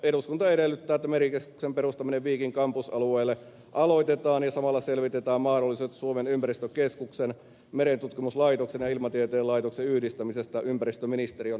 eduskunta edellyttää että merikeskuksen perustaminen viikin kampusalueelle aloitetaan ja samalla selvitetään mahdollisuudet suomen ympäristökeskuksen merentutkimuslaitoksen ja ilmatieteen laitoksen yhdistämisestä ympäristöministeriön alaisuuteen